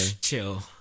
Chill